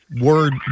word